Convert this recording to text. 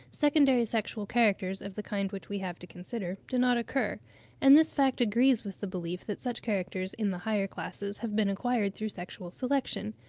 secondary sexual characters, of the kind which we have to consider, do not occur and this fact agrees with the belief that such characters in the higher classes have been acquired through sexual selection,